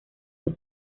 dos